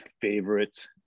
favorite